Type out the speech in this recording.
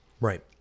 Right